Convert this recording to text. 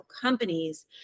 companies